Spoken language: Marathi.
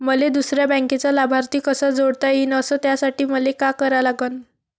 मले दुसऱ्या बँकेचा लाभार्थी कसा जोडता येईन, अस त्यासाठी मले का करा लागन?